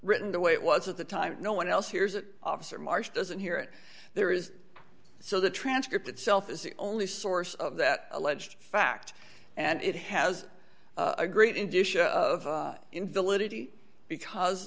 written the way it was at the time no one else hears it officer marsh doesn't hear it there is so the transcript itself is the only source of that alleged fact and it has a great in disha of invalidity because